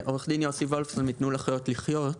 עו"ד יוסי וולפסון מתנו לחיות לחיות.